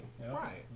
Right